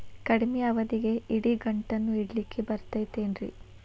ಕಡಮಿ ಅವಧಿಗೆ ಇಡಿಗಂಟನ್ನು ಇಡಲಿಕ್ಕೆ ಬರತೈತೇನ್ರೇ?